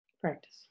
practice